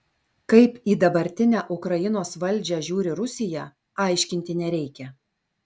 kaip į dabartinę ukrainos valdžią žiūri rusija aiškinti nereikia